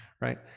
right